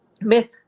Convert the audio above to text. myth